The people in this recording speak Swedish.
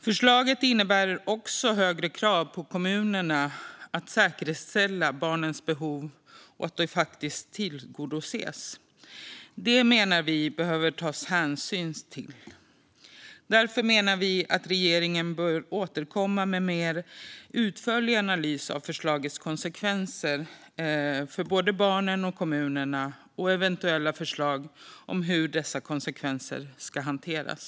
Förslaget innebär också högre krav på kommunerna att säkerställa att barnens behov tillgodoses. Det menar vi att man behöver ta hänsyn till. Därför menar vi att regeringen bör återkomma med en mer utförlig analys av förslagets konsekvenser för både barnen och kommunerna samt eventuella förslag om hur dessa konsekvenser ska hanteras.